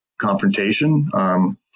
confrontation